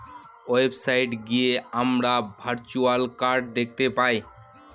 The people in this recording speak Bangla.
ওয়েবসাইট গিয়ে আমরা ভার্চুয়াল কার্ড দেখতে পাই